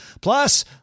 Plus